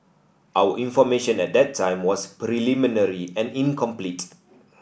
our information at that time was preliminary and incomplete